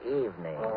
evening